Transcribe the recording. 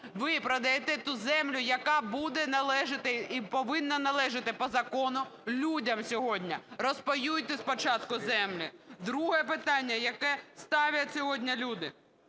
Ви продаєте ту землю, яка буде належати і повинна належати по закону людям сьогодні. Розпаюйте спочатку землю. Друге питання, яке ставлять сьогодні люди.